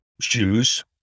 shoes